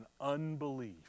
unbelief